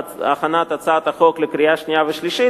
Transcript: הכנת הצעת החוק לקריאה שנייה ולקריאה שלישית,